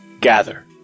gather